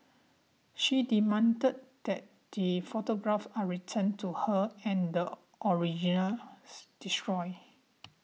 she demanded that the photographs are returned to her and the originals destroyed